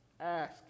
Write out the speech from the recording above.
Ask